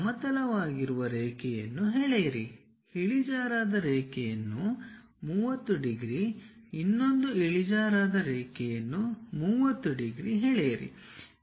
ಸಮತಲವಾಗಿರುವ ರೇಖೆಯನ್ನು ಎಳೆಯಿರಿ ಇಳಿಜಾರಾದ ರೇಖೆಯನ್ನು 30 ಡಿಗ್ರಿ ಇನ್ನೊಂದು ಇಳಿಜಾರಿನ ರೇಖೆಯನ್ನು 30 ಡಿಗ್ರಿ ಎಳೆಯಿರಿ